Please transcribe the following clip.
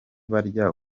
barya